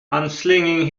unslinging